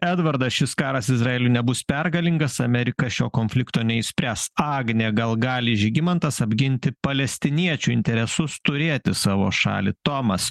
edvardas šis karas izraeliui nebus pergalingas amerika šio konflikto neišspręs agnė gal gali žygimantas apginti palestiniečių interesus turėti savo šalį tomas